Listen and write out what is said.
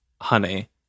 Honey